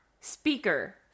speaker